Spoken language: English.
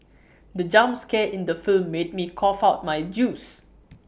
the jump scare in the film made me cough out my juice